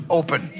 open